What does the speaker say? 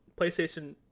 PlayStation